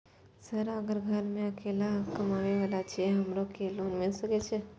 Sir अगर घर में अकेला कमबे वाला छे हमरो के लोन मिल सके छे?